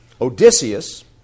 Odysseus